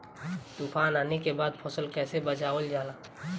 तुफान आने के बाद फसल कैसे बचावल जाला?